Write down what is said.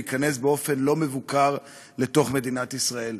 להיכנס באופן לא מבוקר לתוך מדינת ישראל.